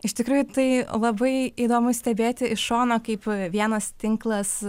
iš tikrųjų tai labai įdomu stebėti iš šono kaip vienas tinklas